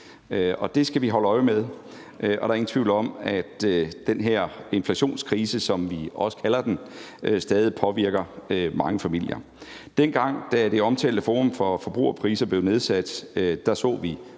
det skal vi holde øje med, og der er ingen tvivl om, at den her inflationskrise, som vi også kalder den, stadig påvirker mange familier. Dengang det omtalte Forum for Forbrugerpriser blev nedsat, så vi